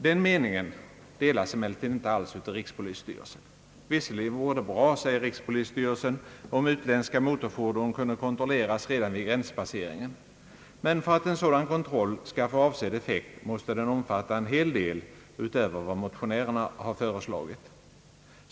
Den meningen delas emellertid inte alls av rikspolisstyrelsen. Visserligen vore det bra, säger rikspolisstyrelsen, om utländska motorfordon kunde kontrolleras redan vid gränspasseringen. Men för att en sådan kontroll skall få avsedd effekt måste den omfatta en hel del utöver vad motionärerna har föreslagit.